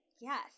Yes